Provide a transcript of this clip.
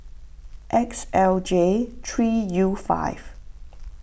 X L J three U five